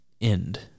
end